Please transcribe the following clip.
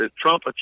Trump